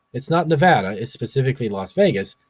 it's not nevada, it's specifically las vegas.